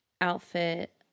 outfit